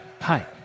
hi